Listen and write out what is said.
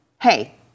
hey